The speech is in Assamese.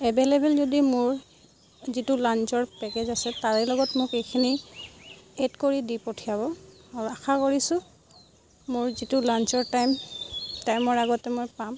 এভে'লেবল যদি মোৰ যিটো লান্সৰ পেকেজ আছে তাৰে লগত মোক এইখিনি এড কৰি দি পঠিয়াব আৰু আশা কৰিছো মোৰ যিটো লান্সৰ টাইম টাইমৰ আগতে মই পাম